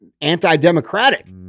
anti-democratic